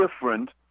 different